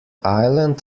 island